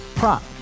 Prop